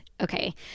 Okay